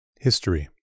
History